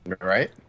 Right